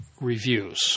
Reviews